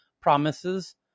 promises